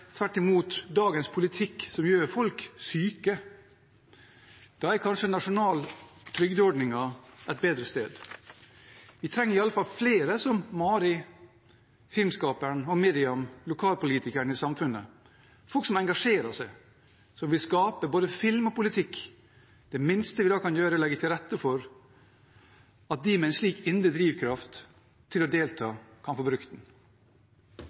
tvert imot er dagens politikk som gjør folk syke. Da er kanskje nasjonale trygdeordninger et bedre sted. Vi trenger iallfall flere som Mari, filmskaperen, og Miriam, lokalpolitikeren, i samfunnet – folk som engasjerer seg, som vil skape både film og politikk. Det minste vi da kan gjøre, er å legge til rette for at de med en slik indre drivkraft til å delta, kan få brukt den.